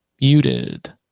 Muted